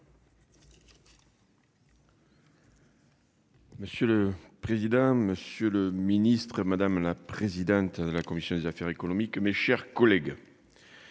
Monsieur le président, Monsieur le Ministre, madame la présidente de la commission des affaires économiques. Mes chers collègues.